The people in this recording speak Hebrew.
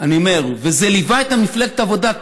וזה ליווה את מפלגת העבודה.